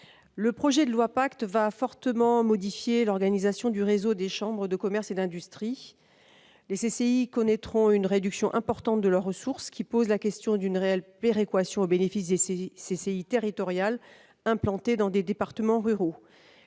Le projet de loi PACTE va fortement modifier l'organisation du réseau des chambres de commerce et d'industrie. Les CCI connaîtront une réduction importante de leurs ressources, qui pose la question d'une réelle péréquation au bénéfice des CCI territoriales implantées dans des départements ruraux.